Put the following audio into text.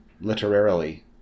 literarily